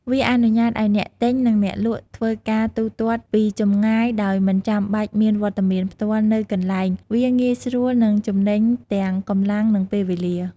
វាអនុញ្ញាតឱ្យអ្នកទិញ និងអ្នកលក់ធ្វើការទូទាត់ពីចម្ងាយដោយមិនចាំបាច់មានវត្តមានផ្ទាល់នៅកន្លែង វាងាយស្រួលនិងចំណេញទាំងកម្លាំងនិងពេលវេលា។